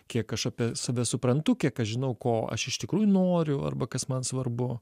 kiek aš apie save suprantu kiek aš žinau ko aš iš tikrųjų noriu arba kas man svarbu